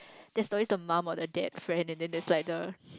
there's always the mom or the dad friend and then there's like the